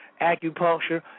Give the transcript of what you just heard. acupuncture